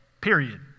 Period